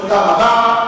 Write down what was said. תודה רבה.